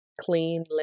clean